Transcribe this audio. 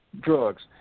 drugs